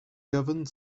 governed